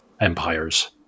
empires